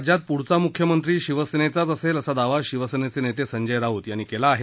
राज्यात पुढचा मुख्यमंत्री शिवसेनेचाच असेल असा दावा शिवसेनेचे नेते संजय राऊत यांनी केला आहे